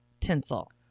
tinsel